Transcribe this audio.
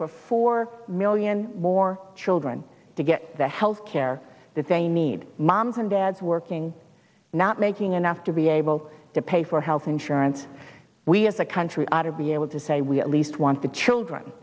for four million more children to get the health care that they need moms and dads working not making enough to be able to pay for health insurance we as a country ought to be able to say we at least want the children